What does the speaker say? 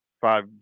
five